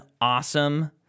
awesome